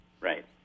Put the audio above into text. Right